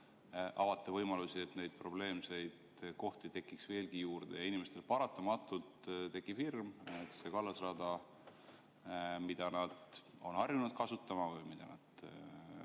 avate võimalusi, et neid probleemseid kohti tekiks veelgi juurde. Inimestel paratamatult tekib hirm, et sellel kallasrajal, mida nad on harjunud kasutama või mida nad